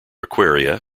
aquaria